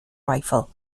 rifle